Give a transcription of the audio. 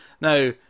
Now